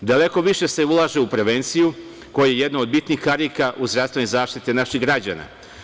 Daleko više se ulaže u prevenciju koja je jedna od bitnih karika u zdravstvenoj zaštiti naših građana.